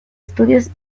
estudios